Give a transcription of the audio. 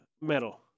metal